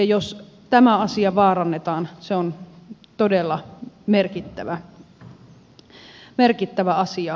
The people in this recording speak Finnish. jos tämä asia vaarannetaan se on todella merkittävä asia